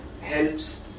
helps